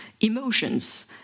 emotions